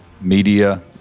media